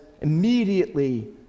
immediately